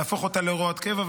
להפוך אותה להוראת קבע,